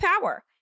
power